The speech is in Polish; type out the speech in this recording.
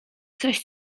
coś